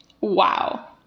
Wow